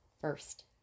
first